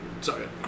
Sorry